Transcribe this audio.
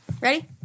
Ready